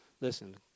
listen